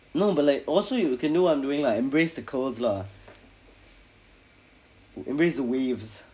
no but like also you can do what I'm doing lah embrace the curls lah embrace the waves